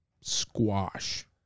squash